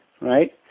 right